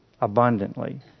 abundantly